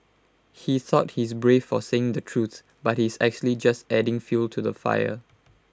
he thought he's brave for saying the truth but he's actually just adding fuel to the fire